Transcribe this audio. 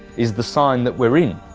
is the sign that we are in.